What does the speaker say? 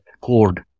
code